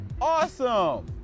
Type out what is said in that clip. Awesome